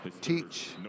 teach